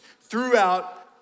throughout